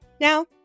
Now